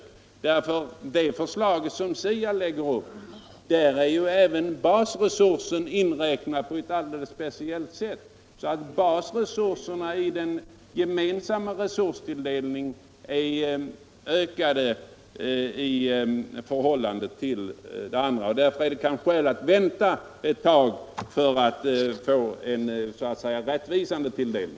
I det förslag som SIA lägger fram är även basresursen inräknad på alldeles speciellt sätt. Basresurserna i den gemensamma resurstilldelningen har ökat i förhållande till övriga resurser. Därför finns det kanske skäl att vänta ett tag för att få en rättvisande tilldelning.